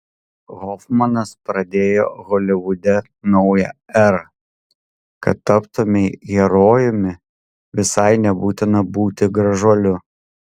hofmanas pradėjo holivude naują erą kad taptumei herojumi visai nebūtina būti gražuoliu